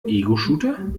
egoshooter